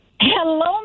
Hello